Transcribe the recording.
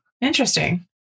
Interesting